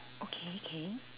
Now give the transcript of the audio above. okay okay